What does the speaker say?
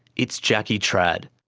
it's jackie trad.